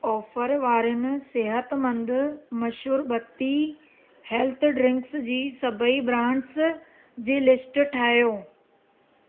offer वारनि सेहतमंदि मशरूबत्ती हैल्थ ड्रिंक्स जी सभई ब्रांड्स जी लिस्ट ठाहियो